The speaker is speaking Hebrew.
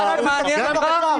--- אה, עזוב אותך.